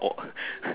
oh